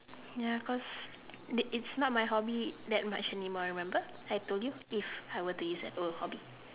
ya cause they it's not my hobby that much anymore remember I told you if I were to use an old hobby